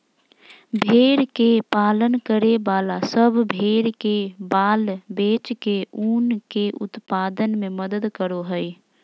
भेड़ के पालन करे वाला सब भेड़ के बाल बेच के ऊन के उत्पादन में मदद करो हई